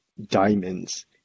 diamonds